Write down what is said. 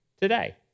today